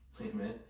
Amen